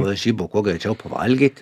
varžybų kuo greičiau pavalgyt